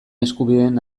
eskubideen